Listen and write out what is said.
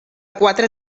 quatre